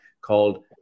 called